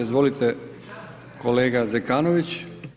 Izvolite kolega Zekanović.